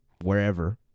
wherever